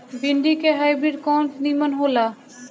भिन्डी के हाइब्रिड कवन नीमन हो ला?